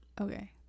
okay